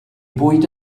bwyd